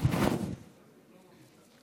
היושבת-ראש, מכובדיי השרים, חבריי חברי הכנסת,